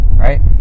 Right